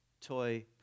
toy